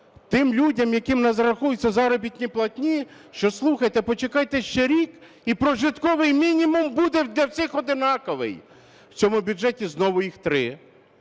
тим людям, яким не зарахуються заробітні плати, що, слухайте, почекайте ще рік і прожитковий мінімум буде для всіх однаковий. В цьому бюджеті знову їх три